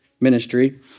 ministry